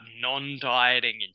non-dieting